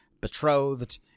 betrothed